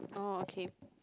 orh okay